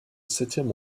septième